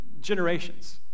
generations